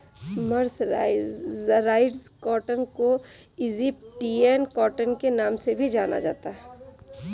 mercerised cotton को Egyptian cotton के नाम से भी जाना जाता है